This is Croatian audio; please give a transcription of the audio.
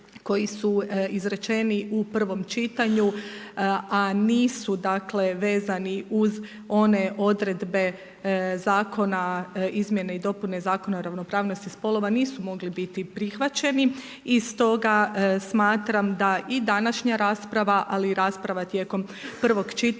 koji su izrečeni u prvom čitanju a nisu, dakle vezani uz one odredbe zakona, izmjene i dopune Zakona o ravnopravnosti spolova nisu mogli biti prihvaćeni i stoga smatram da i današnja rasprava ali i rasprava tijekom prvog čitanja